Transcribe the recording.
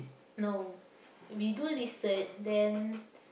no we do research then